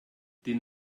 den